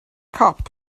cop